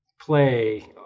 play